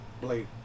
Blade